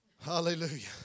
Hallelujah